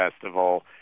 Festival